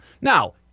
Now